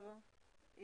מתאפשר".